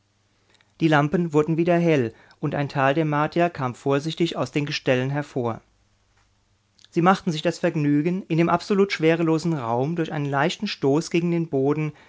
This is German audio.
die lampen wurden wieder hell und ein teil der martier kam vorsichtig aus den gestellen hervor sie machten sich das vergnügen in dem absolut schwerelosen raum durch einen leichten stoß gegen den boden